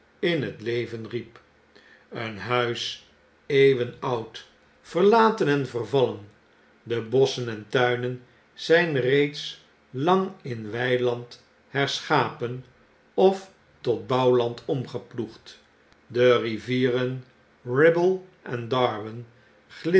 in het leven riep een huis eeuwen oud verlaten en vervallen de bosschen en tuinen zijn reeds lang in weiland herschapen of tot bouwland omgeploegd de rivieren kibble en darwen